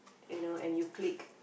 you know and you click